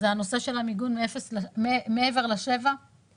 הוא הנושא של המיגון מעבר לשבעה ק"מ.